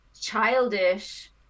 childish